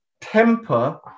temper